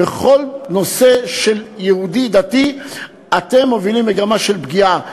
שבכל נושא של יהודי דתי אתם מובילים מגמה של פגיעה.